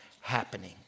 happening